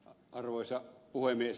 arvoisa puhemies